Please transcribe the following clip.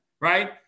right